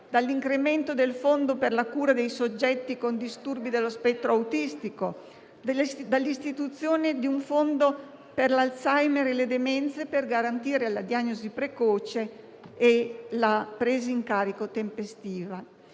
dell'incremento del fondo per la cura dei soggetti con disturbi dello spettro autistico, dell'istituzione di un fondo per l'Alzheimer e le demenze per garantire la diagnosi precoce e la presa in carico tempestiva.